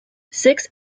six